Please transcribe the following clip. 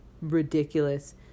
ridiculous